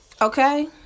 Okay